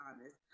honest